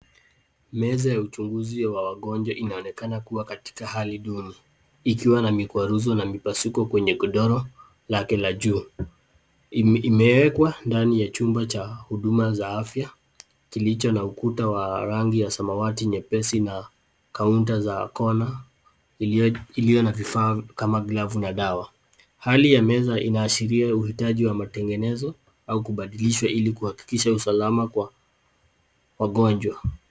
Meza ya uchunguzi ya wagonjwa inaonekana kuwa katika hali duni ikiwa na mikwaruzo na mipasuko kwenye godoro lake la juu ,imewekwa ndani ya chumba cha huduma za afya kilicho na ukuta wa rangi ya samawati nyepesi na kaunta za kona iliyo na vifaa kama glovu na dawa ,hali ya meza inaashiria uhitaji wa matengenezo au kubadilisha ili kuhakikisha usalama kwa wagonjwa.